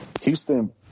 Houston